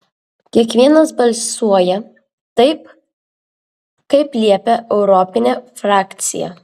kiekvienas balsuoja taip kaip liepia europinė frakcija